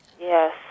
yes